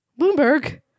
Bloomberg